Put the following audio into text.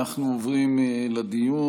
אנחנו עוברים לדיון.